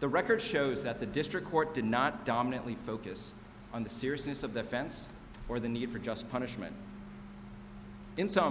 the record shows that the district court did not dominantly focus on the seriousness of the fence or the need for just punishment in s